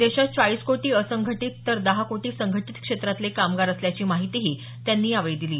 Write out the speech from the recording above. देशात चाळीस कोटी असंघटीत तर दहा कोटी संघटीत क्षेत्रातले कामगार असल्याची माहिती त्यांनी यावेळी सांगितलं